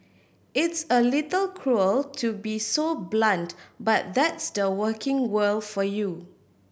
it's a little cruel to be so blunt but that's the working world for you